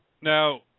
now